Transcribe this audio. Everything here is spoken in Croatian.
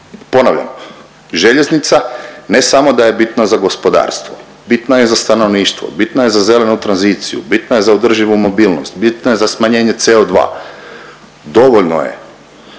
Ponavljam, željeznica, ne samo da je bitna za gospodarstvo, bitna je za stanovništvo, bitna je za zelenu tranziciju, bitna je za održivu mobilnost, bitna je za smanjenje CO2, dovoljno je